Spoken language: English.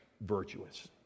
virtuous